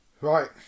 Right